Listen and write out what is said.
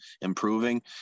improving